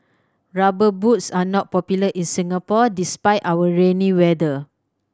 Rubber Boots are not popular in Singapore despite our rainy weather